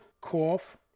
cough